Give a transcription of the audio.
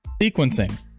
sequencing